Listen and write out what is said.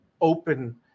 open